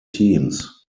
teams